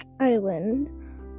island